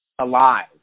alive